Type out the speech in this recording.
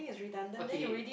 okay